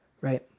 right